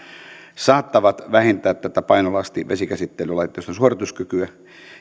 saattavat vähentää tätä painolastivesikäsittelylaitteiston suorituskykyä